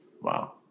wow